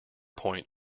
point